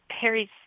Harry's